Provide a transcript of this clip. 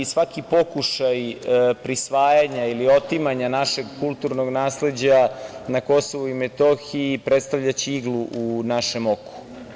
Svaki pokušaj prisvajanja ili otimanja našeg kulturnog nasleđa na Kosovu i Metohiji, predstavljaće iglu u našem oku.